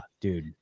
dude